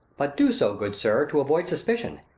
but do so, good sir, to avoid suspicion.